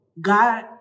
God